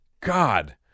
God